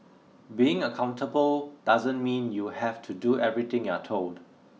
being accountable doesn't mean you have to do everything you're told